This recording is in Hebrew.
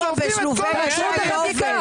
--- תעצרו את החקיקה.